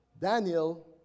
Daniel